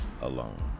alone